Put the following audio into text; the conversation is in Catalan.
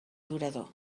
durador